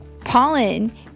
pollen